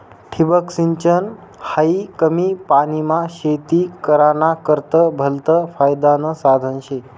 ठिबक सिंचन हायी कमी पानीमा शेती कराना करता भलतं फायदानं साधन शे